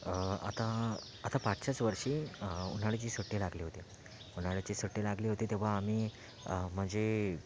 आता आता पाठच्याच वर्षी उन्हाळ्याची सुट्टी लागली होती उन्हाळ्याची सुट्टी लागली होती तेव्हा आम्ही म्हणजे